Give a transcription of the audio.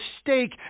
stake